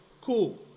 Cool